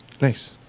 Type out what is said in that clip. nice